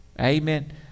Amen